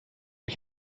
ich